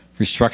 restructuring